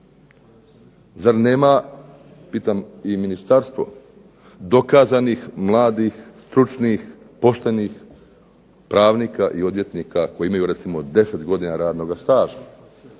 Zar nema, pitam i ministarstvo, dokazanih mladih, stručnih, poštenih pravnika i odvjetnika koji imaju recimo 10 godina radnoga staža?